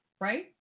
right